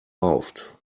rauft